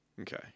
Okay